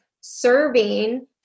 serving